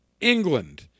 England